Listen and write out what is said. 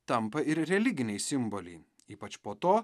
tampa ir religiniai simboliai ypač po to